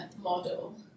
model